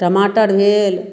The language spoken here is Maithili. टमाटर भेल